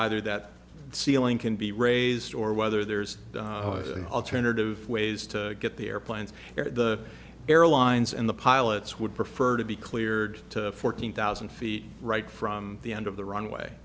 either that ceiling can be raised or whether there's alternative ways to get the airplanes or the airlines and the pilots would prefer to be cleared fourteen thousand feet right from the end of the runway